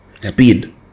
speed